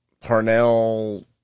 Parnell